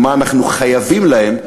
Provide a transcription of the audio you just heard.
ומה אנחנו חייבים להם,